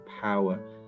power